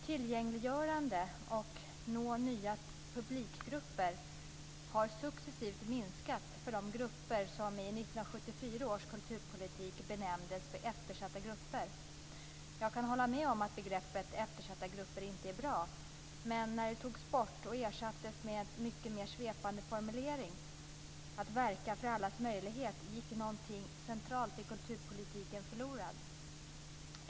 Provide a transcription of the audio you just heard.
Tillgängliggörande och strävan att nå nya publikgrupper har successivt minskat för de grupper som i Jag kan hålla med om att begreppet eftersatta grupper inte är bra. Men när det togs bort och ersattes med en mycket mer svepande formulering, att verka för allas möjlighet, gick något centralt i kulturpolitiken förlorat.